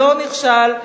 לא נכשל,